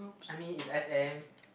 I mean is S_M